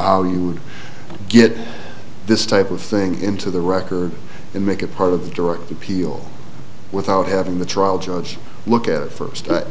how you would get this type of thing into the record and make it part of the direct appeal without having the trial judge look at it first but